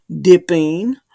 dipping